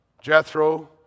Jethro